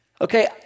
Okay